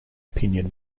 opinion